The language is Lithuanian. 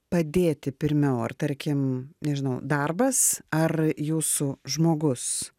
padėti pirmiau ar tarkim nežinau darbas ar jūsų žmogus